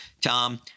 Tom